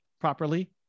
properly